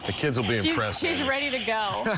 the kids will be impressed. she's ready to go.